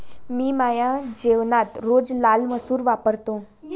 मी माझ्या जेवणात रोज लाल मसूर वापरतो